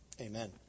Amen